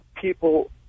people